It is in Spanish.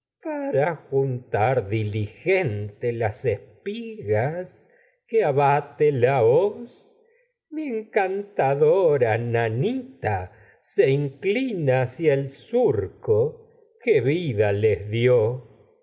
para juntar diligente las espigas que abate la hoz mi encantadora nanita se inclina hacia el surco que vida les dió